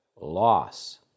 loss